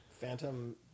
Phantom